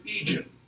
Egypt